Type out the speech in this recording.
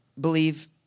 believe